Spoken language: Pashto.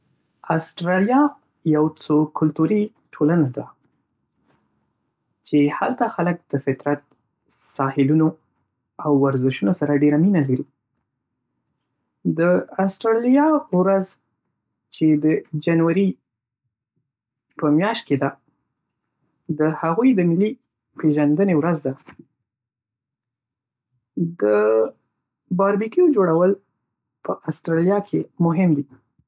آسټرالیا یو څو کلتوري ټولنه ده، چې هلته خلک د فطرت، ساحلونو او ورزشونو سره ډېره مینه لري. د آسټرالیا ورځ، چې د جنورۍپه میاشت کې ده، د هغوی د ملي پیژندنې ورځ ده. د باربیکیو جوړول په استرلیا کی مهم دي.